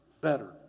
better